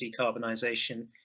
decarbonisation